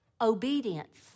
Obedience